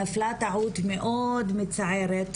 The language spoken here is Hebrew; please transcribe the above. נפלה טעות מאוד מצערת,